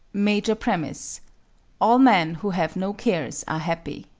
major premise all men who have no cares are happy.